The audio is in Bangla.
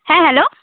হ্যাঁ হ্যালো